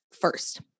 first